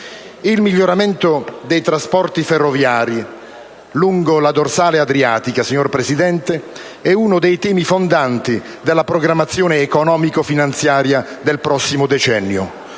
Il miglioramento dei trasporti ferroviari lungo la dorsale adriatica è uno dei temi fondanti della programmazione economico-finanziaria del prossimo decennio,